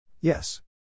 Yes